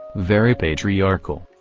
very patriarchal.